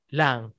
lang